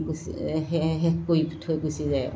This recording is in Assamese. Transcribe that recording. গুচি শেষ কৰি থৈ গুচি যায় আৰু